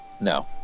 No